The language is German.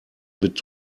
mit